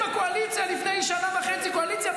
אותם ולפתוח להם מסגרות, בוודאי שאנחנו עושים.